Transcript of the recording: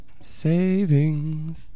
Savings